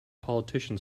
politician